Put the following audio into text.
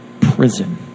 prison